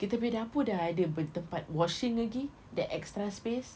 kita punya dapur dah ada tempat washing lagi that extra space